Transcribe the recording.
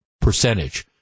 percentage